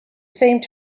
same